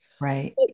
right